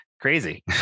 crazy